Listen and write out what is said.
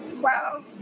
Wow